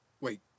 Wait